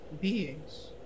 beings